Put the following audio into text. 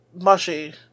mushy